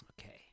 Okay